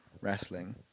wrestling